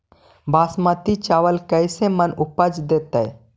बासमती चावल कैसे मन उपज देतै?